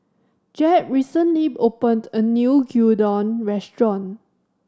Jeb recently opened a new Gyudon Restaurant